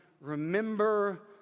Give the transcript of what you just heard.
Remember